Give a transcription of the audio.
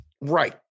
Right